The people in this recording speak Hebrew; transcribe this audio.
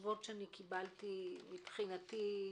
מבחינתי,